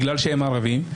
בגלל שהם ערבים,